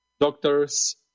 Doctors